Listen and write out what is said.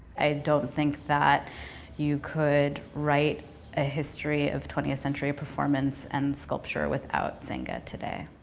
i don't think that you could write a history of twentieth century performance and sculpture without senga today.